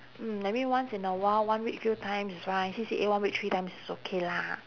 mm maybe once in a while one week few times it's fine C_C_A one week three times it's okay lah